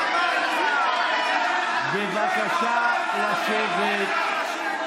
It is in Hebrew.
בבקשה לשבת.